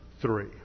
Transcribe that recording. three